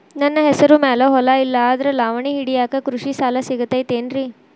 ನನ್ನ ಹೆಸರು ಮ್ಯಾಲೆ ಹೊಲಾ ಇಲ್ಲ ಆದ್ರ ಲಾವಣಿ ಹಿಡಿಯಾಕ್ ಕೃಷಿ ಸಾಲಾ ಸಿಗತೈತಿ ಏನ್ರಿ?